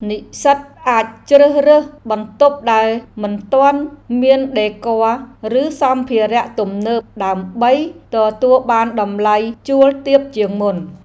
និស្សិតអាចជ្រើសរើសបន្ទប់ដែលមិនទាន់មានដេគ័រ ឬសម្ភារៈទំនើបដើម្បីទទួលបានតម្លៃជួលទាបជាងមុន។